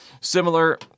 Similar